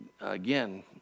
Again